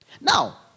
Now